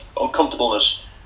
uncomfortableness